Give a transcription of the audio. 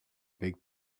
big